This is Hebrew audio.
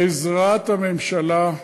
בעזרת הממשלה,